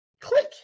Click